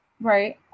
right